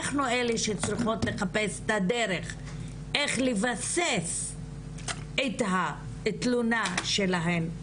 אנחנו אלה שצריכות לחפש את הדרך איך לבסס את התלונה שלהן,